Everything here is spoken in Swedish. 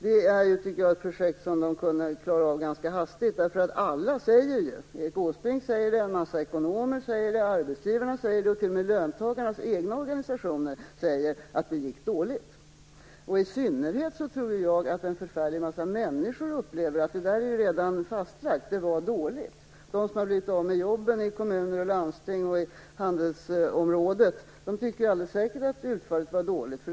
Det är ett projekt som man kunde klara av ganska hastigt därför att alla säger ju - Erik Åsbrink säger det, en massa ekonomer, arbetsgivarna och t.o.m. löntagarnas egna organisationer säger det - att det gick dåligt. I synnerhet tror jag att en förfärlig massa människor upplever att det redan är fastlagt, det var dåligt. De som har blivit av med jobben i kommuner och landsting och inom handelsområdet tycker alldeles säkert att utfallet var dåligt.